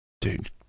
dude